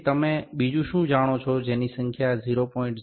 તેથી તમે બીજું શું જાણો છો જેની સંખ્યા 0